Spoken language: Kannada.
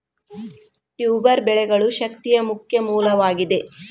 ಟ್ಯೂಬರ್ ಬೆಳೆಗಳು ಶಕ್ತಿಯ ಮುಖ್ಯ ಮೂಲವಾಗಿದೆ